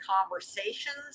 conversations